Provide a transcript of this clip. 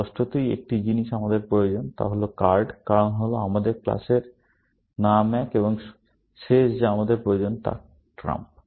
স্পষ্টতই একটি জিনিস আমাদের প্রয়োজন কার্ড কারণ হল আমাদের ক্লাসের নাম এক এবং শেষ যা আমাদের প্রয়োজন হয় তা ট্রাম্প